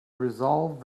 resolved